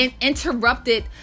interrupted